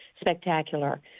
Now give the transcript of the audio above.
spectacular